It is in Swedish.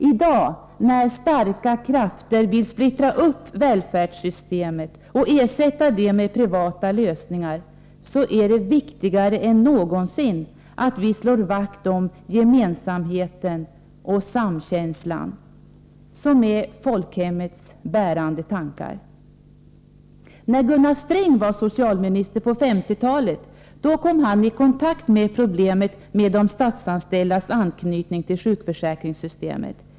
I dag, när starka krafter vill splittra upp välfärdssystemet och ersätta det med privata lösningar, är det viktigare än någonsin att vi slår vakt om gemensamheten och samkänslan, som är folkhemmets bärande tankar. När Gunnar Sträng var socialminister på 1950-talet kom han i kontakt med problemet med de statsanställdas anknytning till sjukförsäkringssystemet.